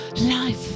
Life